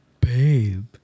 Babe